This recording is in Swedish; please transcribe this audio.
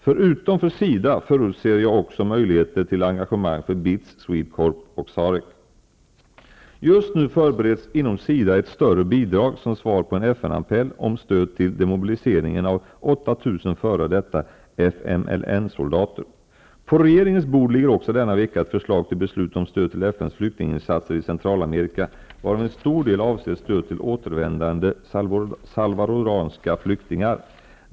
Förutom för SIDA förutser jag också möjligheter till engagemang för BITS, SWEDE Just nu förbereds inom SIDA ett större bidrag, som svar på en FN-appell om stöd till demobiliseringen av 8 000 f.d. FMLN-soldater. På regeringens bord ligger också denna vecka ett förslag till beslut om stöd till FN:s flyktinginsatser i Centralamerika, varav en stor del avser stöd till återvändande salvadoranska flyktingar.